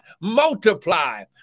Multiply